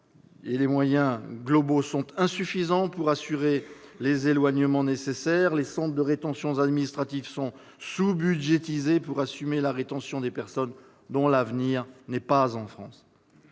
les moyens humains sont insuffisants pour assurer les éloignements nécessaires et les centres de rétention administrative sont sous-budgétisés pour assumer la rétention des personnes dont l'avenir n'est pas en France.